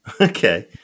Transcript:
Okay